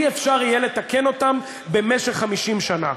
אי אפשר יהיה לתקן אותם במשך 50 שנה.